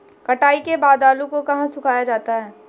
कटाई के बाद आलू को कहाँ सुखाया जाता है?